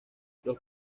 los